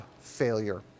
failure